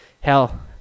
Hell